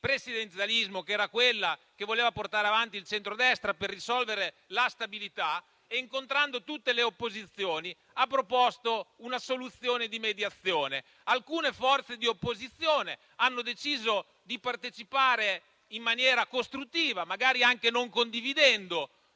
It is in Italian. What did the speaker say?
di presidenzialismo che era quella che voleva portare avanti il centrodestra per risolvere il problema della stabilità e, incontrando tutte le opposizioni, ha proposto una soluzione di mediazione. Alcune forze di opposizione hanno deciso di partecipare in maniera costruttiva, magari anche non condividendo